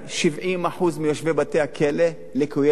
70% מיושבי בתי-הכלא הם לקויי למידה.